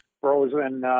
frozen